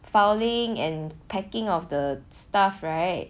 filing and packing of the stuff right